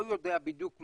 לא יודע בדיוק מה,